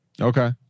Okay